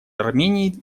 армении